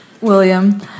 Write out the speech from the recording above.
William